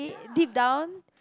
deep down